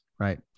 right